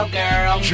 girl